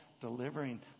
delivering